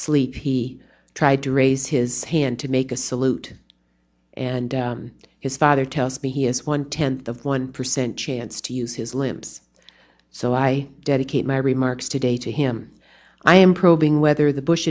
sleep he tried to raise his hand to make a salute and his father tells me he is one tenth of one percent chance to use his limbs so i dedicate my remarks today to him i am probing whether the bush